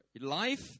life